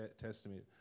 Testament